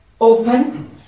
open